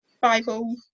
bible